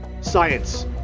Science